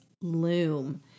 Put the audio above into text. Loom